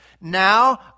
now